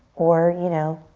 or, you know,